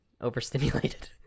overstimulated